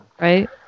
Right